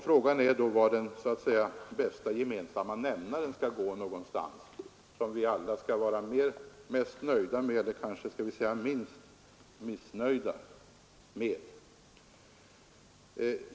Frågan är då var någonstans den minsta gemensamma nämnaren kan finnas, den som vi alla kan vara mest nöjda med — eller kanske vi skall säga: minst missnöjda med.